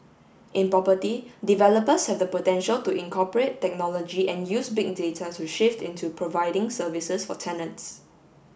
in property developers have the potential to incorporate technology and use Big Data to shift into providing services for tenants